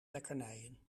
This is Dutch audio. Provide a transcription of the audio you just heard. lekkernijen